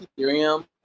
Ethereum